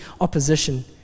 opposition